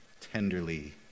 tenderly